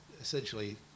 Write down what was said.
essentially